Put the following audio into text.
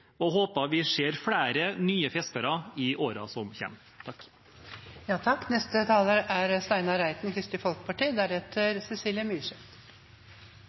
og jeg håper at vi ser flere nye fiskere i årene som